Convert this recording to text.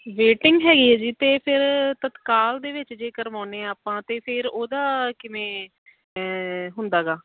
waiting ਹੈਗੀ ਹੈ ਜੀ ਅਤੇ ਫਿਰ ਤਤਕਾਲ ਦੇ ਵਿੱਚ ਜੇ ਕਰਵਾਉਂਦੇ ਹਾਂ ਆਪਾਂ ਅਤੇ ਫਿਰ ਉਹਦਾ ਕਿਵੇਂ ਹੁੰਦਾ ਗਾ